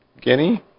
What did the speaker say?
Guinea